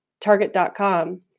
target.com